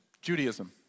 Judaism